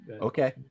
Okay